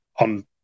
on